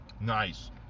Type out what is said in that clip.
Nice